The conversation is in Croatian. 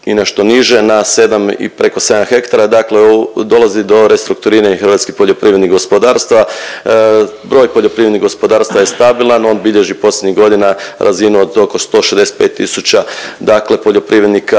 i nešto niže na sedam i preko sedam hektara, dakle dolazi do restrukturiranja hrvatskih poljoprivrednih gospodarstava. Broj poljoprivrednih gospodarstava je stabilan, on bilježi posljednjih godina razinu od oko 165 tisuća poljoprivrednika